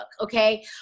Okay